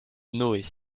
noé